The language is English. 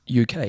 UK